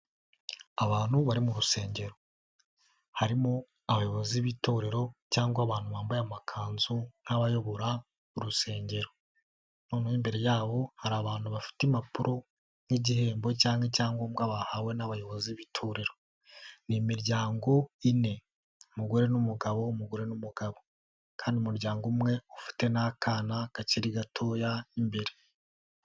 Abantu bari mu rusengero. Harimo abayobozi b'itorero cyangwa abantu bambaye amakanzu nk'abayobora urusengero. Noneho imbere yabo hari abantu bafite impapuro nk'igihembo cyangwa icyangombwa bahawe n'abayobozi b'itorero. Ni imiryango ine: umugore n'umugabo, umugore n'umugabo kandi umuryango umwe ufite n'akana kakiri gatoya imbere.